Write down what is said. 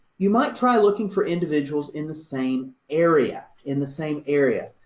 you might try looking for individuals in the same area, in the same area.